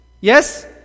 Yes